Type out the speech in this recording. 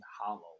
hollow